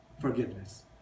forgiveness